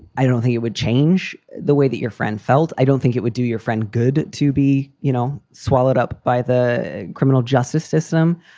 i don't think it would change the way that your friend felt. i don't think it would do your friend good to be, you know, swallowed up by the criminal justice system.